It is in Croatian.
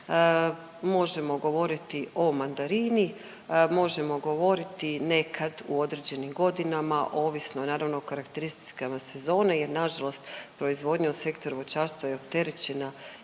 možemo govoriti o mandarini, možemo govoriti nekad u određenim godinama ovisno naravno o karakteristikama sezone, jer na žalost proizvodnja u Sektoru voćarstva je opterećena